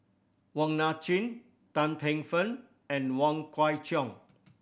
Wong Nai Chin Tan Paey Fern and Wong Kwei Cheong